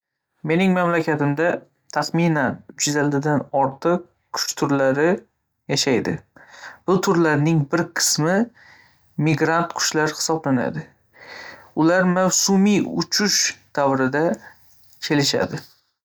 Mening mamlakatimda taxminan uch yuz ellikdan ortiq qush turlari yashaydi, bu turlarning bir qismi migrant qushlar hisoblanadi, ular mavsumiy uchish davrida kelishadi.